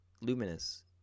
luminous